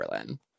Berlin